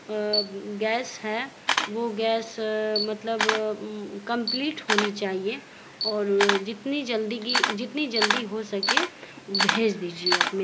gas ہے وہ gas مطلب کمپلیٹ ہونی چاہیے اور جتنی جلدی گی جتنی جلدی ہو سکے بھیج دیجیے اپنے